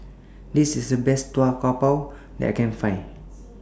This IS The Best Tau Kwa Pau that I Can Find